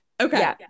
Okay